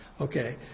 okay